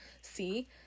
see